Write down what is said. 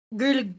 girl